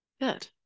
Good